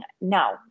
No